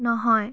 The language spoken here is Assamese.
নহয়